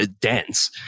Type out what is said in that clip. dense